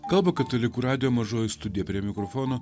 kalba katalikų radijo mažoji studija prie mikrofono